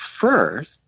first